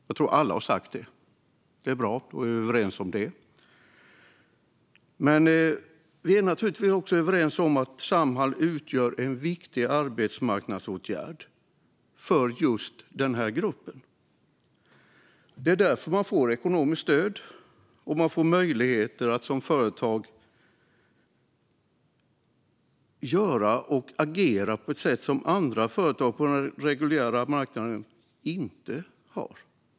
Jag tror att alla har sagt det, och det är bra att vi är överens om det. Vi är naturligtvis också överens om att Samhall utgör en viktig arbetsmarknadsåtgärd för just den här gruppen. Det är därför företaget får ekonomiskt stöd och möjligheter att agera på ett sätt som andra företag på den reguljära marknaden inte har.